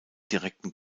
direkten